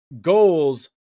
goals